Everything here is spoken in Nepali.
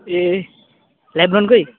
ए लेब्रोनकै